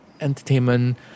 entertainment